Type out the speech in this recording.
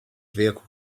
vehicle